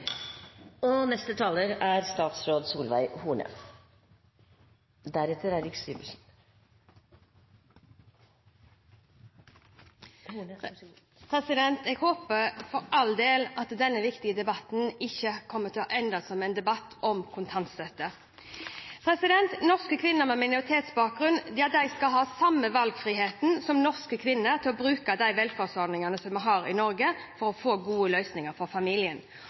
Jeg håper for all del at denne viktige debatten ikke kommer til å ende som en debatt om kontantstøtte. Norske kvinner med minoritetsbakgrunn skal ha den samme valgfrihet som norske kvinner til å bruke de velferdsordningene som vi har i Norge, for å få gode løsninger for familien.